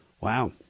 Wow